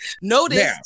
notice